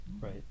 right